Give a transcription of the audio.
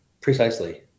Precisely